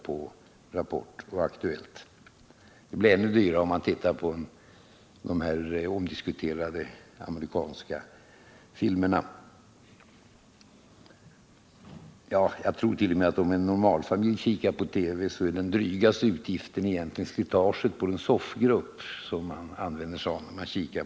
Den kostnaden blir ännu större, om man tittar på de omdiskuterade amerikanska filmerna. Jag tror t.o.m. att den drygaste utgiften för en normalfamilj som tittar på TV är utgiften för slitaget på den soffgrupp familjen sitter i.